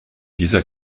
dieser